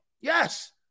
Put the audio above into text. yes